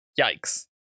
Yikes